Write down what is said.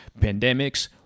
pandemics